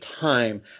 time